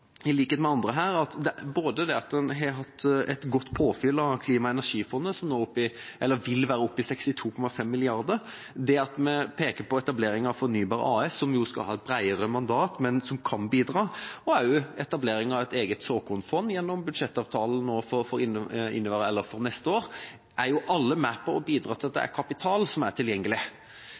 en har hatt en god påfylling av Klima- og energifondet, som vil være oppe i 62,5 mrd. kr. Jeg vil peke på etableringa av Fornybar AS, som skal ha et bredere mandat, men som kan bidra. Jeg vil også peke på etableringa av et eget såkornfond, gjennom budsjettavtalen som ble inngått i år. Alt dette er med på å bidra til at kapital blir tilgjengelig,